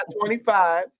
25